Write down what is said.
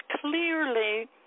clearly